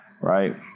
right